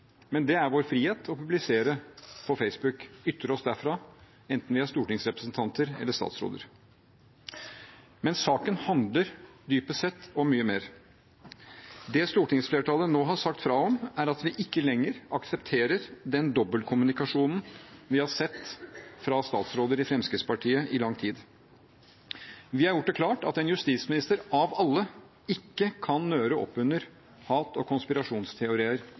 men saken handler dypest sett om mye mer. Det stortingsflertallet nå har sagt fra om, er at vi ikke lenger aksepterer den dobbeltkommunikasjonen vi har sett fra statsråder i Fremskrittspartiet i lang tid. Vi har gjort det klart at en justisminister – av alle – ikke kan nøre opp under hat og konspirasjonsteorier